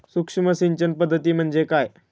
सूक्ष्म सिंचन पद्धती म्हणजे काय?